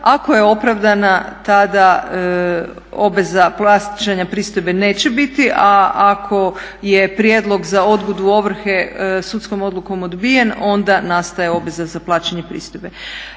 Ako je opravdana tada obveza plaćanja pristojbe neće biti a ako je prijedlog za odgodu ovrhe sudskom odlukom odbijen onda nastaje obveza za plaćanje pristojbe.